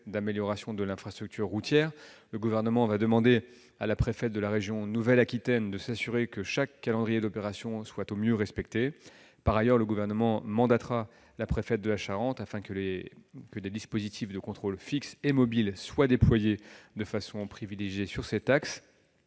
d'amélioration de l'infrastructure routière, le Gouvernement va demander à la préfète de la région Nouvelle-Aquitaine de s'assurer que chaque calendrier d'opération soit respecté au mieux. Par ailleurs, le Gouvernement mandatera la préfète de la Charente, afin que des dispositifs de contrôle fixes et mobiles soient déployés de façon privilégiée sur cet axe,